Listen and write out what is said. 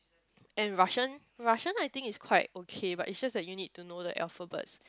and Russian Russian I think is quite okay but it just like you need to know the alphabets